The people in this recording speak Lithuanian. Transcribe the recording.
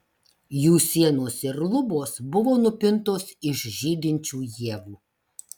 jų sienos ir lubos buvo nupintos iš žydinčių ievų